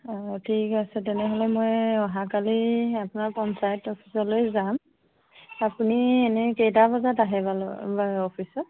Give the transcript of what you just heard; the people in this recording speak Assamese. অঁ ঠিক আছে তেনেহ'লে মই অহাকালি আপোনাৰ পঞ্চায়ত অফিচলৈ যাম আপুনি এনেই কেইটা বজাত আহে বাৰু অফিচত